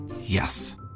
Yes